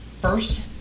first